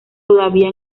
todavía